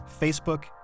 Facebook